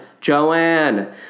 Joanne